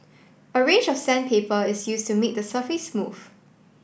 a range of sandpaper is used to make the surface smooth